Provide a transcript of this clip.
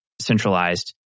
centralized